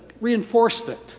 reinforcement